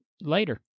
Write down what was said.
later